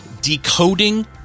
Decoding